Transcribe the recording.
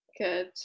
good